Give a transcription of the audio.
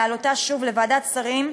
להעלותה שוב לוועדת שרים,